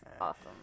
awesome